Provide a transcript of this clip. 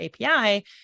API